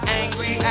angry